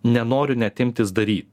nenoriu net imtis daryt